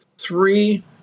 Three